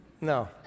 No